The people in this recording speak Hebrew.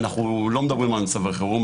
אנחנו לא מדברים על מצבי חירום.